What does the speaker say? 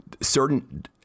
certain